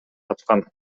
тапкан